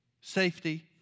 safety